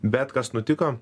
bet kas nutiko